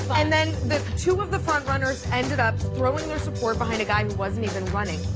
and then two of the frontrunners ended up throwing their support behind a guy who wasn't even running,